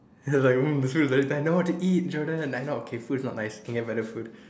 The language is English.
you're like mm the food is very nice I know what to eat Jordan I know okay the food is not nice okay can get other food